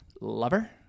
lover